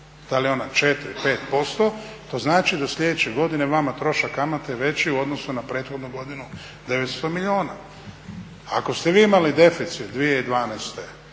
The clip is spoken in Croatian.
Da li je ona 4, 5% to znači da je sljedeće godine vama trošak kamate veći u odnosu na prethodnu godinu 900 milijuna. Ako ste vi imali deficit 2012.